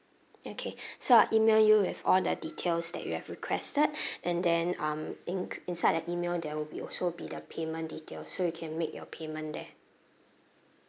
okay so I'll email you with all the details that you have requested and then um in~ inside the email there will be also be the payment details so you can make your payment there